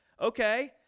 okay